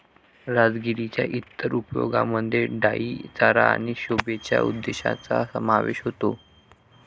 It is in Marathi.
राजगिराच्या इतर उपयोगांमध्ये डाई चारा आणि शोभेच्या उद्देशांचा समावेश होतो